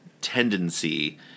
tendency